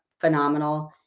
phenomenal